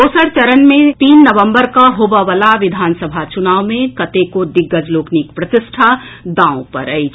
दोसर चरण मे तीन नवंबर कऽ होबयवला विधानसभा चुनाव मे कतेको दिग्गज लोकनिक प्रतिष्ठा दांव पर अछि